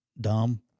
dumb